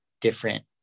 different